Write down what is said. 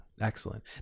Excellent